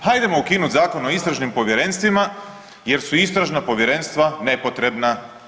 Hajdemo ukinuti Zakon o istražnim povjerenstvima jer su istražna povjerenstva nepotrebna.